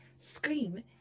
scream